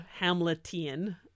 Hamletian